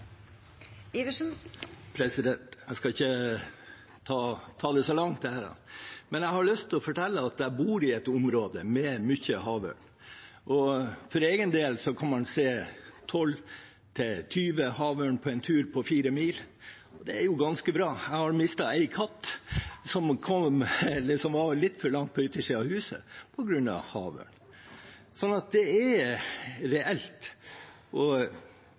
Jeg skal ikke holde på så lenge, men har lyst til å fortelle at jeg bor i et område med mye havørn. For egen del kan man se 12–20 havørn på en tur på 4 mil. Det er ganske bra. På grunn av havørn har jeg mistet en katt som kom litt for langt på yttersiden av huset, så det er reelt. Jeg synes ikke det kan være sånn at alt som er